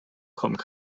kommen